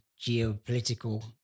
geopolitical